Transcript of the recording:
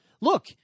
Look